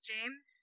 James